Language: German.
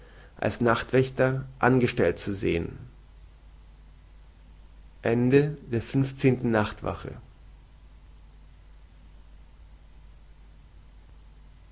als nachtwächter angestellt zu sehen sechszehnte nachtwache